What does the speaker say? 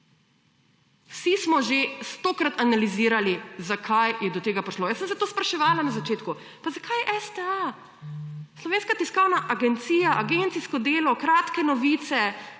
Vsi smo že stokat analizirali zakaj je do tega prišlo. Jaz sem se to spraševala na začetku pa zakaj STA (Slovenska tiskovna agencija) agencijsko delo, kratke novice,